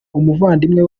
umuvandimwe